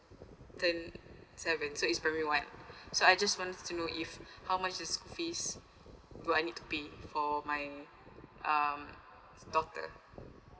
turn seven so is primary one so I just want to if how much is fees do I need to pay for my um daughter